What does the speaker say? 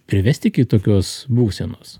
privesti iki tokios būsenos